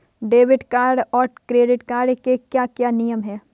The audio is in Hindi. डेबिट कार्ड और क्रेडिट कार्ड के क्या क्या नियम हैं?